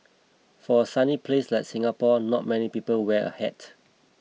for a sunny place like Singapore not many people wear a hat